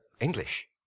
English